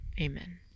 Amen